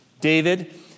David